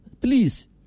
please